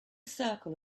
circle